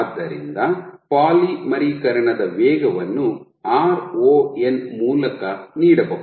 ಆದ್ದರಿಂದ ಪಾಲಿಮರೀಕರಣದ ವೇಗವನ್ನು ron ಮೂಲಕ ನೀಡಬಹುದು